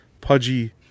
Pudgy